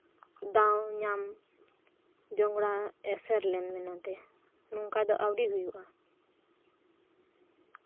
ᱫᱟᱣ ᱧᱟᱢ ᱡᱚᱝᱜᱽᱲᱟ ᱮᱥᱮᱨ ᱞᱮᱱ ᱢᱮᱱᱮᱛᱮ ᱱᱚᱝᱠᱟ ᱫᱚ ᱟᱣᱨᱤ ᱦᱩᱭᱩᱜᱼ